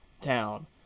town